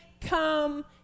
come